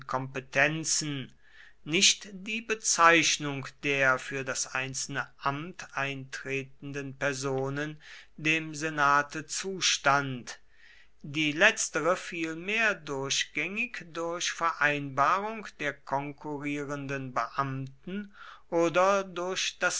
kompetenzen nicht die bezeichnung der für das einzelne amt eintretenden personen dem senate zustand die letztere vielmehr durchgängig durch vereinbarung der konkurrierenden beamten oder durch